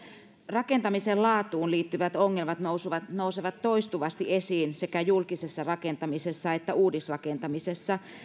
rakentamisen laatuun liittyvät ongelmat nousevat nousevat toistuvasti esiin sekä julkisessa rakentamisessa että uudisrakentamisessa